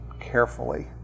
carefully